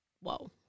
whoa